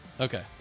okay